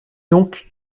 donc